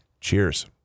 cheers